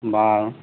বাৰু